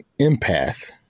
empath